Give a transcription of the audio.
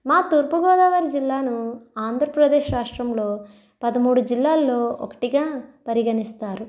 మా తూర్పుగోదావరి జిల్లాను ఆంధ్రప్రదేశ్ రాష్ట్రంలో పదమూడు జిల్లాల్లో ఒకటిగా పరిగణిస్తారు